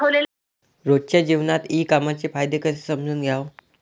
रोजच्या जीवनात ई कामर्सचे फायदे कसे समजून घ्याव?